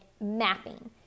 mapping